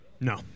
No